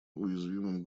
уязвимым